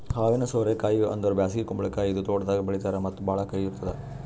ಹಾವಿನ ಸೋರೆ ಕಾಯಿ ಅಂದುರ್ ಬ್ಯಾಸಗಿ ಕುಂಬಳಕಾಯಿ ಇದು ತೋಟದಾಗ್ ಬೆಳೀತಾರ್ ಮತ್ತ ಭಾಳ ಕಹಿ ಇರ್ತುದ್